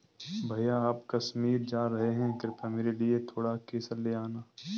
भैया आप कश्मीर जा रहे हैं कृपया मेरे लिए थोड़ा केसर ले आना